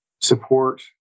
support